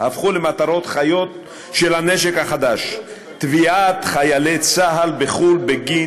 מעצר זה חשף את חיילי צה"ל לאיום חדש,